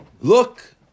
look